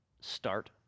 Start